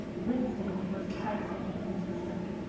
written statement versus typed statement from mr. starin.